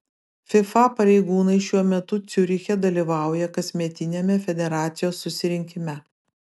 fifa pareigūnai šiuo metu ciuriche dalyvauja kasmetiniame federacijos susirinkime